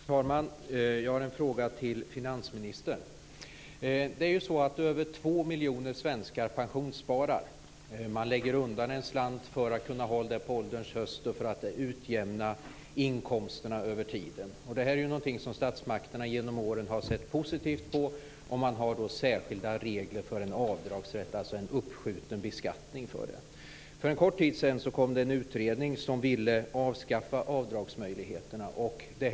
Herr talman! Jag har en fråga till finansministern. Över två miljoner svenskar pensionssparar. De lägger undan en slant för att kunna ha den på ålderns höst och för att utjämna inkomsterna över tiden. Detta är ju något som statsmakterna genom åren har sett positivt på, och man har särskilda regler för en avdragsrätt, alltså en uppskjuten beskattning. För en kort tid sedan föreslog en utredning att dessa avdragsmöjligheter skulle avskaffas.